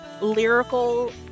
lyrical